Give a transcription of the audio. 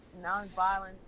nonviolent